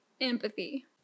empathy